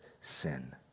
sin